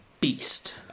beast